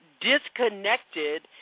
disconnected